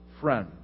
friend